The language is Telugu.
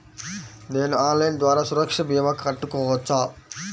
నేను ఆన్లైన్ ద్వారా సురక్ష భీమా కట్టుకోవచ్చా?